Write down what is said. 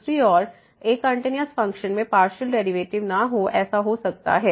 दूसरी ओर एक कंटिन्यूस फ़ंक्शन में पार्शियल डेरिवेटिव ना हो ऐसा हो सकता है